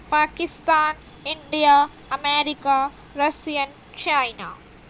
Pakistan India America Russian China